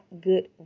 good